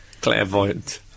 clairvoyant